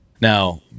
Now